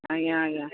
ଆଜ୍ଞା ଆଜ୍ଞା